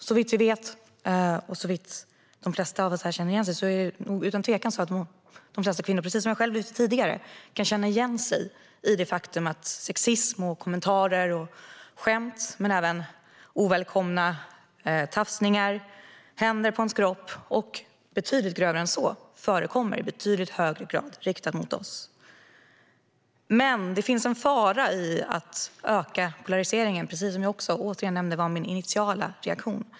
Såvitt vi vet och som de flesta av oss känner igen är det utan tvekan så att de flesta kvinnor, precis som jag själv lyfte fram tidigare, kan känna igen sig i det faktum att sexism, kommentarer och skämt, men även ovälkomna tafsningar, händer på ens kropp och betydligt grövre än så, förekommer i betydligt högre grad riktat mot oss. Men det finns en fara i att öka polariseringen. Som jag tidigare nämnde var det min initiala reaktion.